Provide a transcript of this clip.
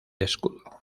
escudo